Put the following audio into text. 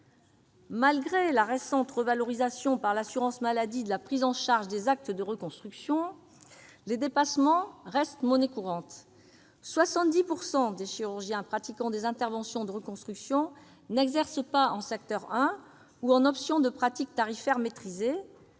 Malgré la récente revalorisation par l'assurance maladie de la prise en charge des actes de reconstruction, les dépassements restent monnaie courante : 70 % des chirurgiens pratiquant des interventions de reconstruction n'exercent pas en secteur 1 ou en option de pratique tarifaire maîtrisée,